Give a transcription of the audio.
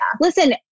listen